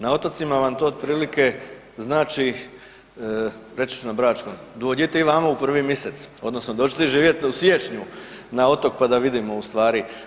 Na otocima vam to otprilike znači reći ću na bračkom dodjte i vamo u prvi misec odnosno dođite živjeti u siječnju na otok pa da vidimo u stvari.